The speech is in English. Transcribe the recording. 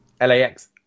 lax